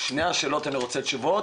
על שתי השאלות אני רוצה תשובות.